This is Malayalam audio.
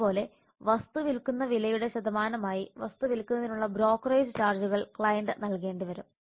അതുപോലെ വസ്തു വിൽക്കുന്ന വിലയുടെ ശതമാനമായി വസ്തു വിൽക്കുന്നതിനുള്ള ബ്രോക്കറേജ് ചാർജുകൾ ക്ലയന്റ് നൽകേണ്ടി വരും